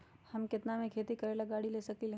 हम केतना में खेती करेला गाड़ी ले सकींले?